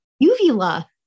uvula